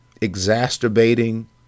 exacerbating